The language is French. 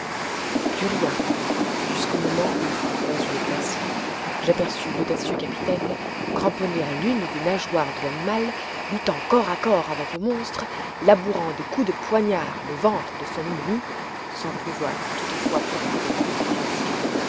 plus rien jusqu'au moment où dans une éclaircie j'aperçus l'audacieux capitaine cramponné à l'une des nageoires de l'animal luttant corps à corps avec le monstre labourant de coups de poignard le ventre de son ennemi sans pouvoir toutefois porter le coup définitif